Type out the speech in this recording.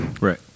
right